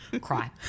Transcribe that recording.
cry